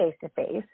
face-to-face